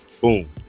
Boom